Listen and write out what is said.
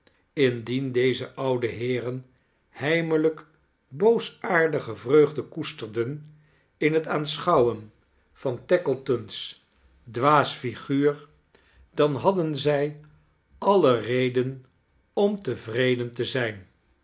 indien deze oude heeren hedmeiqk boosaardige vreugde koesterden in het aanschouwen van tackleton's dwaas figuur dan hadden zij alle reden om tevreden te zrjn